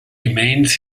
remains